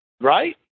right